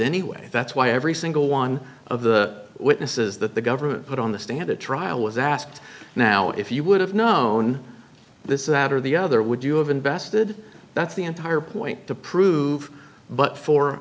anyway that's why every single one of the witnesses that the government put on the stand at trial was asked now if you would have known this is that or the other would you have invested that's the entire point to prove but for